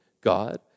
God